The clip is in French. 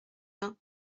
bains